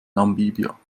namibia